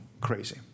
crazy